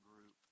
group